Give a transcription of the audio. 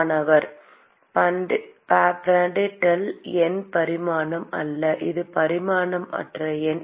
மாணவர் Prandtl எண் பரிமாணம் அல்ல இது பரிமாணமற்ற எண்